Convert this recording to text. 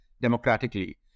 democratically